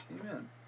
Amen